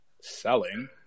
selling